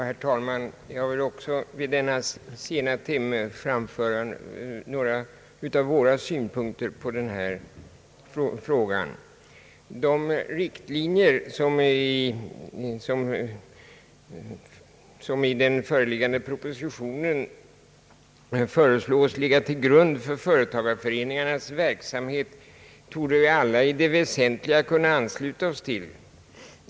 Herr talman! Jag vill också i denna sena timme framföra några av våra synpunkter på denna fråga. De riktlinjer som i den föreliggande propositionen föreslås ligga till grund för företagareföreningarnas verksamhet torde vi alla i det väsentliga kunna ansluta oss till.